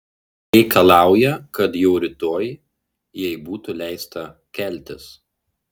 reikalauja kad jau rytoj jai būtų leista keltis